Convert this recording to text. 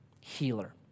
healer